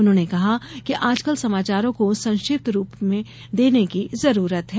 उन्होंने कहा कि आजकल समाचारों को संक्षिप्त रूप में देने की जरूरत है